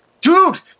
Dude